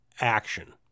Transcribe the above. action